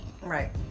Right